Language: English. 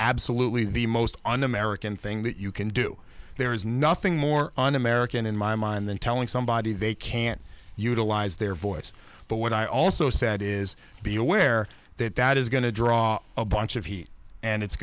absolutely the most un american thing that you can do there is nothing more un american in my mind than telling somebody they can't utilize their voice but what i also said is be aware that that is going to draw a bunch of heat and it's